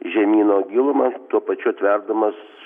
žemyno gilumą tuo pačiu atverdamas